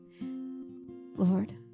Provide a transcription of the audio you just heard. Lord